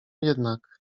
jednak